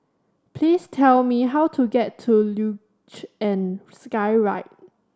please tell me how to get to Luge and Skyride